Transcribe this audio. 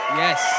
yes